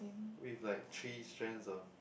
with like three strands of